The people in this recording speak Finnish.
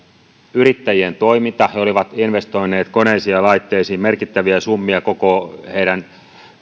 yrittäjien toiminta he olivat investoineet koneisiin ja laitteisiin merkittäviä summia koko